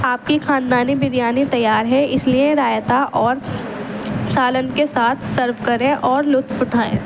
آپ کی خاندانی بریانی تیار ہے اس لیے رائتا اور سالن کے ساتھ سرو کریں اور لطف اٹھائیں